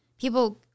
people